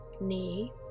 knee